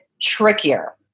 trickier